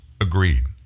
agreed